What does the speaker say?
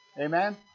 Amen